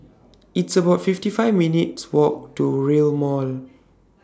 It's about fifty five minutes' Walk to Rail Mall